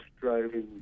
driving